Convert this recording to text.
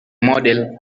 model